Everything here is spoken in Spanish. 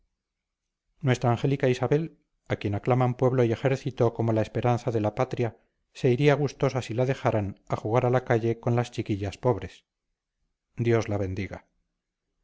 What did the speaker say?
nuestra angélica isabel a quien aclaman pueblo y ejército como la esperanza de la patria se iría gustosa si la dejaran a jugar a la calle con las chiquillas pobres dios la bendiga